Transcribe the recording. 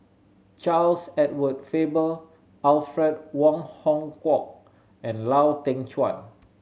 Charles Edward Faber Alfred Wong Hong Kwok and Lau Teng Chuan